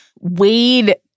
Wade